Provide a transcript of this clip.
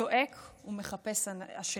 צועק ומחפש אשמים.